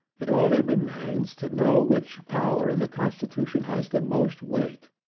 it only remains to know which power in the constitution has the most weight,